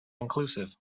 inclusive